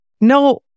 no